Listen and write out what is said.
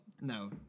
no